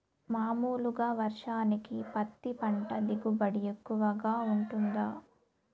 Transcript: మామూలుగా వర్షానికి పత్తి పంట దిగుబడి ఎక్కువగా గా వుంటుందా?